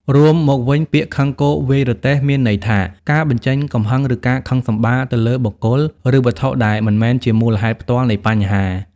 រួមមកវិញ ពាក្យ «ខឹងគោ វាយរទេះ» មានន័យថា ការបញ្ចេញកំហឹង ឬការខឹងសម្បារទៅលើ បុគ្គល ឬវត្ថុដែលមិនមែនជាមូលហេតុផ្ទាល់ នៃបញ្ហា។